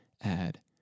add